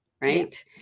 right